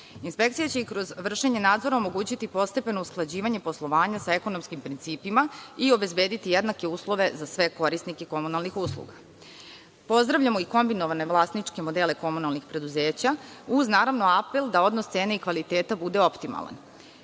Inspekcija će i kroz vršenje nadzora omogućiti postepeno usklađivanje poslovanja sa ekonomskim principima i obezbediti jednake uslove za sve korisnike komunalnih usluga. Pozdravljamo i kombinovane vlasničke modele komunalnih preduzeća uz naravno apel da odnos cena i kvaliteta bude optimalna. Od